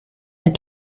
had